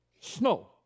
snow